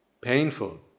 painful